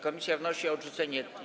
Komisja wnosi o jej odrzucenie.